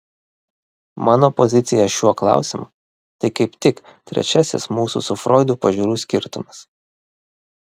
mano pozicija šiuo klausimu tai kaip tik trečiasis mūsų su froidu pažiūrų skirtumas